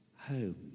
home